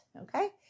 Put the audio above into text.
Okay